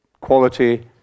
quality